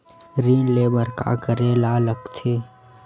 ऋण ले बर का करे ला लगथे?